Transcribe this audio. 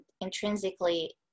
intrinsically